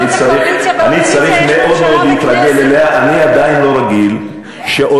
להבדיל אלף הבדלות שיש,